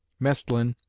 maestlin,